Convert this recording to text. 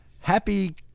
Happy